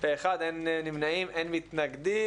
פה אחד, אין נמנעים, אין מתנגדים.